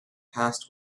past